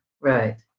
Right